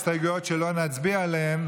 אלעזר שטרן,